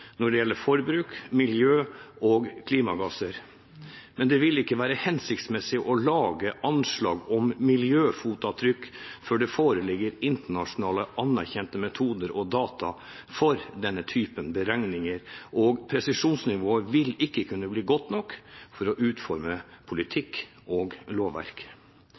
når det gjelder forbruk, miljø- og klimagasser, men det vil ikke være hensiktsmessig å lage anslag om miljøfotavtrykk før det foreligger internasjonale, anerkjente metoder og data for denne typen beregninger, og presisjonsnivået vil ikke kunne bli godt nok for å utforme politikk og lovverk.